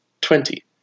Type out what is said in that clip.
twenty